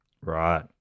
Right